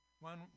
one